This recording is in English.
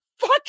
fuck